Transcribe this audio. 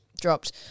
dropped